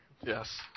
Yes